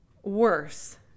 worse